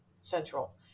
central